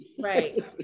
Right